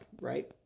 right